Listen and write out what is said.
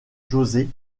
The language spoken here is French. josé